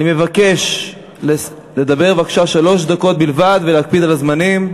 אני מבקש לדבר שלוש דקות בלבד ולהקפיד על הזמנים.